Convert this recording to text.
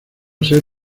ser